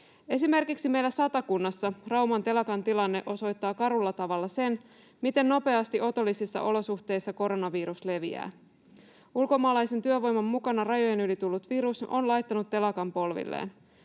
Esimerkiksi meillä Satakunnassa Rauman telakan tilanne osoittaa karulla tavalla sen, miten nopeasti otollisissa olosuhteissa koronavirus leviää. Ulkomaalaisen työvoiman mukana rajojen yli tullut virus on laittanut telakan polvilleen.